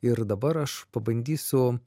ir dabar aš pabandysiu